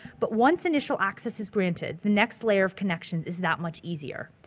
but once initial access is granted the next layer of connections is that much easier.